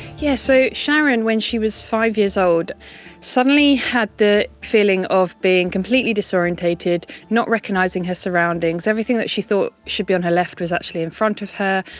yes, so sharon, when she was five years old suddenly had the feeling of being completely disorientated, not recognising her surroundings everything that she thought should be on her left was actually in front of her,